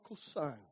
son